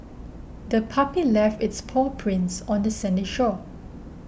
the puppy left its paw prints on the sandy shore